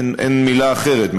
אין מילה אחרת,